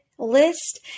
list